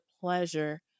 pleasure